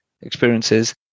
experiences